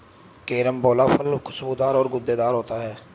carambola फल खुशबूदार और गूदेदार होते है